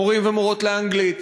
מורים ומורות לאנגלית.